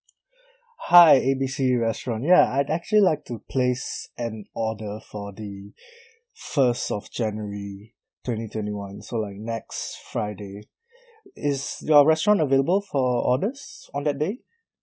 hi A B C restaurant ya I'd actually like to place an order for the first of january twenty twenty one so like next friday is your restaurant available for orders on that day